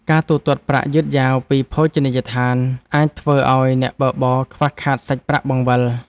ការទូទាត់ប្រាក់យឺតយ៉ាវពីភោជនីយដ្ឋាន អាចធ្វើឱ្យអ្នកបើកបរខ្វះខាតសាច់ប្រាក់បង្វិល។